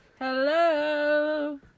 Hello